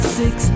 six